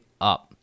up